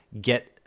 get